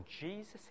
Jesus